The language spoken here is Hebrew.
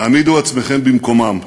העמידו עצמכם במקומם.